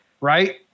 Right